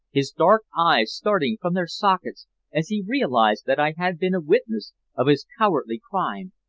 his dark eyes starting from their sockets as he realized that i had been a witness of his cowardly crime.